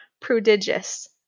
prodigious